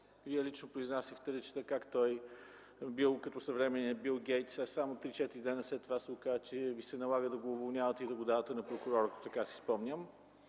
лично произнасяхте речта как той бил като съвременния Бил Гейтс, а само 3-4 дни след това се оказа, че Ви се налага да го уволнявате и да го давате на прокурор. Така си спомням.